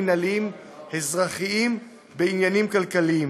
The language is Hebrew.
מינהליים ואזרחיים בעניינים כלכליים.